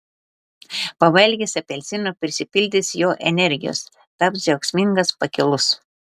pavalgęs apelsino prisipildys jo energijos taps džiaugsmingas pakilus